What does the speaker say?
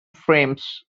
frames